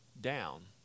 down